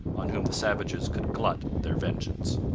on whom the savages could glut their vengeance.